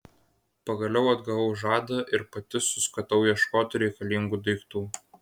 pagaliau atgavau žadą ir pati suskatau ieškoti reikalingų daiktų